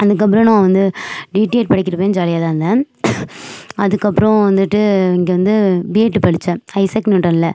அதற்கப்றம் நான் வந்து டிடிஎட் படிக்கறபோதும் ஜாலியாகதான் இருந்தேன் அதற்கப்றோம் வந்துவிட்டு இங்கே வந்து பிஎட்டு படிச்சேன் ஐசக் நியூட்டன்ல்ல